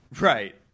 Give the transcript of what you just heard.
Right